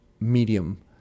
medium